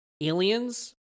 Aliens